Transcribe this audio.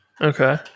okay